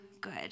good